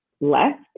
left